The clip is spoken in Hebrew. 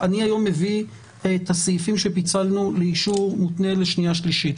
אני היום מביא את הסעיפים שפיצלנו לאישור מותנה לשנייה שלישית.